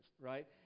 right